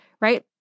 right